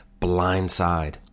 blindside